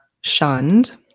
shunned